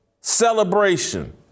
celebration